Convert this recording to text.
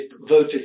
voted